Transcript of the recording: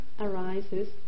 arises